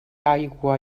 aigua